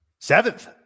Seventh